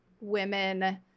women